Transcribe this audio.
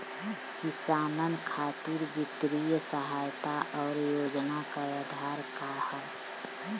किसानन खातिर वित्तीय सहायता और योजना क आधार का ह?